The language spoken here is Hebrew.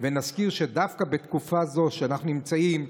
נזכיר שדווקא בתקופה זו שבה אנחנו נמצאים,